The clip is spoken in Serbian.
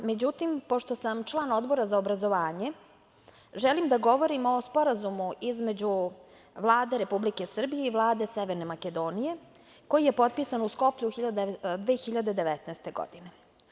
Međutim, pošto sam član Odbora za obrazovanje, želim da govorim o Sporazumu između Vlade Republike Srbije i Vlade Severne Makedonije, koji je potpisan u Skoplju 2019. godine.